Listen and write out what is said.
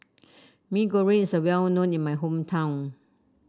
Mee Goreng is well known in my hometown